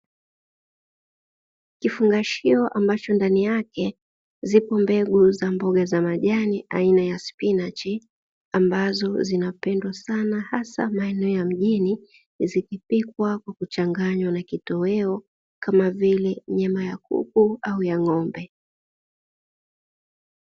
Kifungashio ambacho ndani yake zipo mbegu za mboga za majani aina ya spinachi, ambazo zinapendwa sana hasa maeneo ya mjini zikipikwa kwa kuchanganywa na kitoweo kama vile; nyama ya kuku au ya ng'ombe.